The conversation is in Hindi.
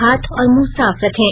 हाथ और मुंह साफ रखें